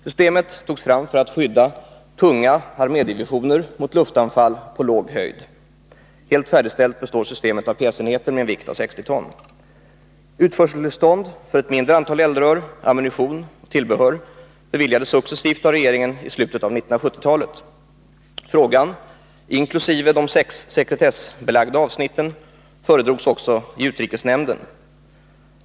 Systemet togs fram för att skydda tunga armédivisioner mot luftanfall på låg höjd. Helt färdigställt består systemet av pjäsenheter med en vikt av 60 ton. Utförseltillstånd för ett mindre antal eldrör, ammunition och tillbehör beviljades successivt av regeringen under slutet av 1970-talet. Frågan, inkl. de sekretessbelagda avsnitten, föredrogs också i utrikesnämnden.